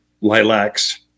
Lilacs